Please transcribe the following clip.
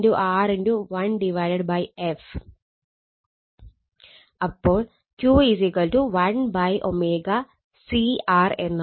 അപ്പോൾ Q 1ω C R എന്നാവും